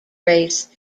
race